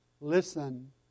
Listen